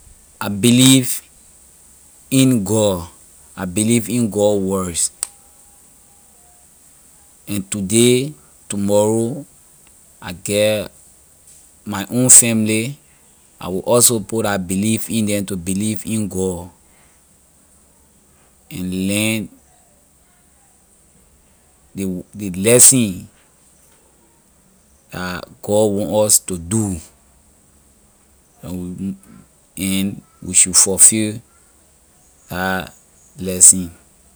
I believe in god I believe in god words and today tomorrow I get my own family I will also put la believe in them to believe in god and learn ley ley lesson la god want us to do and we- we should fulfill that lesson.